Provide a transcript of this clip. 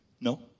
No